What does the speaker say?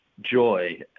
joy